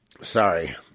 Sorry